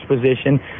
position